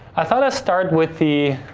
i thought i'd start with the